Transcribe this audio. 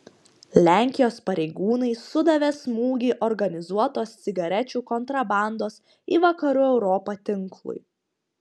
lenkijos pareigūnai sudavė smūgį organizuotos cigarečių kontrabandos į vakarų europą tinklui